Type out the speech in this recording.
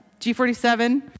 G47